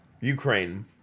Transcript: Ukraine